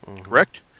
Correct